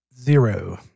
Zero